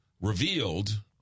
revealed